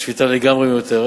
השביתה לגמרי מיותרת.